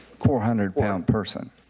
four hundred pound person